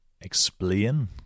explain